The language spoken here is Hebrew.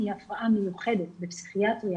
היא הפרעה מיוחדת בפסיכיאטריה,